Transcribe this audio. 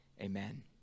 amen